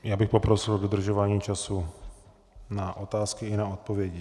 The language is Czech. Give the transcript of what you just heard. Já bych poprosil o dodržování času na otázky i na odpovědi.